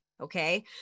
Okay